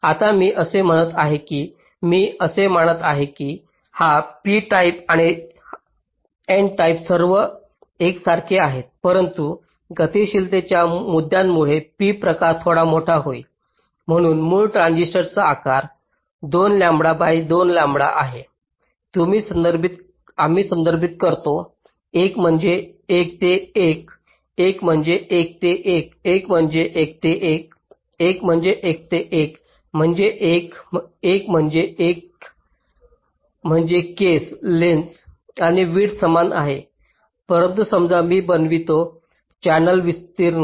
आता मी असे म्हणत आहे की मी असे मानत आहे की हा p टाइप आणि n टाइप सर्व एकसारखे आहेत परंतु गतिशीलतेच्या मुद्द्यांमुळे p प्रकार थोडा मोठा होईल म्हणून मूळ ट्रान्झिस्टरचा आकार 2 लंबडा बाय 2 आहे लॅम्ब्डा आम्ही संदर्भित करतो 1 म्हणजे 1 ते 1 1 म्हणजे 1 ते 1 1 म्हणजे 1 ते 1 1 म्हणजे 1 ते 1 म्हणजे 1 म्हणजे 1 म्हणजे केस लेंग्थस आणि विड्थ समान आहे परंतु समजा मी बनवितो चॅनेल विस्तीर्ण